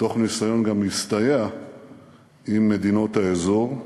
בניסיון גם להסתייע במדינות האזור,